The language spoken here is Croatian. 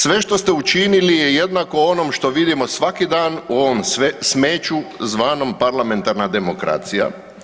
Sve što ste učinili je jednako onom što vidimo svaki dan u ovom smeću zvanom parlamentarna demokracija.